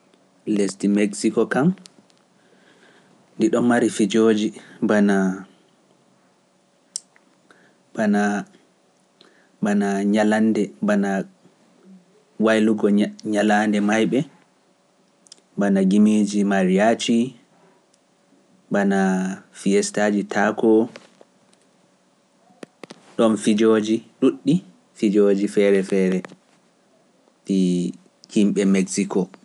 Lesdi Meksiko kam, ndi ɗon mari pijooji, bana, bana ñalannde, bana waylugo ñalaande maayɓe, bana gimiiji Mariachi, bana fiyestaaji Taako, ɗon pijooji ɗuuɗɗi, pijoji feere-feere, ɗi himɓee Meksiko.